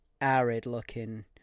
arid-looking